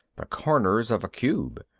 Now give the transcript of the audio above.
the corners of a cube.